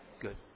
Good